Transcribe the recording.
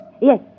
Yes